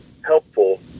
helpful